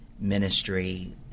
ministry